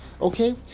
okay